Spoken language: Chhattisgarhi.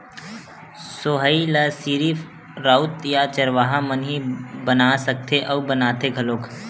सोहई ल सिरिफ राउत या चरवाहा मन ही बना सकथे अउ बनाथे घलोक